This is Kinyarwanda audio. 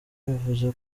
bivuze